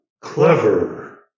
clever